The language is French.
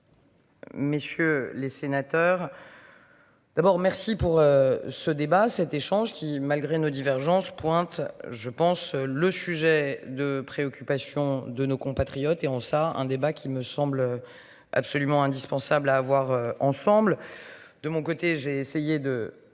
Messieurs les sénateurs. D'abord, merci pour ce débat, cet échange qui, malgré nos divergences pointe je pense le sujet de préoccupation de nos compatriotes et en ça, un débat qui me semble. Absolument indispensable à avoir ensemble. De mon côté, j'ai essayé de